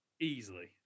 easily